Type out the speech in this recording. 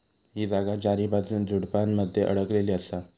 ही जागा चारीबाजून झुडपानमध्ये अडकलेली असा